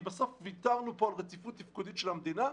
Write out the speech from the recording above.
בסוף ויתרנו פה על רציפות תפקודית של המדינה,